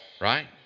right